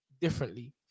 differently